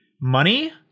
money